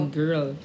girl